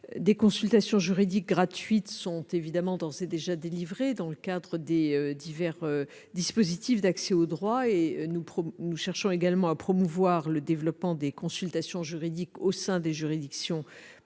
Des consultations juridiques gratuites sont évidemment d'ores et déjà délivrées dans le cadre des divers dispositifs d'accès au droit. Nous cherchons en outre à promouvoir le développement des consultations juridiques au sein des juridictions pour